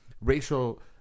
racial